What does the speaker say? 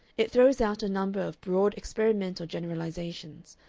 it throws out a number of broad experimental generalizations,